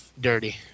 dirty